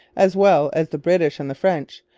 as well as the british and the french,